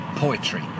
poetry